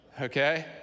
okay